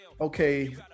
okay